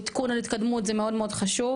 או עדכון על התקדמות זה מאוד מאוד חשוב,